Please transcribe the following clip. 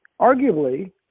arguably –